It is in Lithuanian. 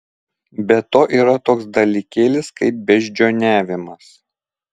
be to yra toks dalykėlis kaip beždžioniavimas